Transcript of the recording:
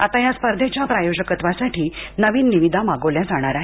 आता या स्पर्धेच्या प्रयोजक्त्वासाठी नवीन निविदा मागवल्या जाणार आहेत